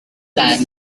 time